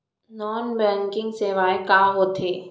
Non banking सेवाएं का होथे?